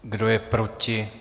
Kdo je proti?